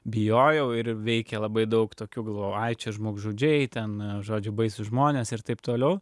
bijojau ir veikė labai daug tokių galvojau ai aš čia žmogžudžiai ten žodžiu baisūs žmonės ir taip toliau